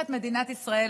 העצמאות.